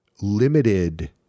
limited